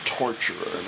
torturer